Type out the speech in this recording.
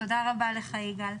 תודה רבה לך, יגאל.